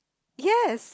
yes